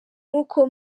nk’uko